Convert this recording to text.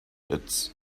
pits